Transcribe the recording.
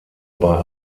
bei